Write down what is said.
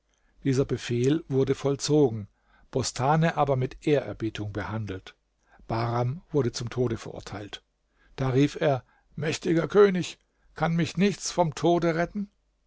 dieser befehl wurde vollzogen bostane aber mit ehrerbietung behandelt bahram wurde zum tode verurteilt da rief er mächtiger könig kann mich nichts vom tode retten